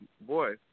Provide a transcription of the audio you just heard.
boy